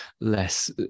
less